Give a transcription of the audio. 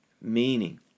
Meaning